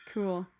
Cool